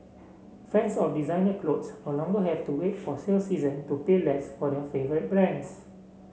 fans of designer clothes no longer have to wait for sale season to pay less for their favourite brands